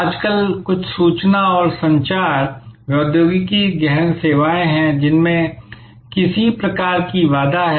आजकल कुछ सूचना और संचार प्रौद्योगिकी गहन सेवाएं हैं जिनमें किसी प्रकार की बाधा है